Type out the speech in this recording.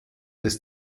des